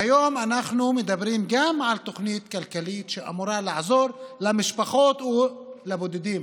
והיום אנחנו מדברים גם על תוכנית כלכלית שאמורה לעזור למשפחות ולבודדים,